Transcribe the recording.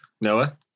Noah